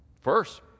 First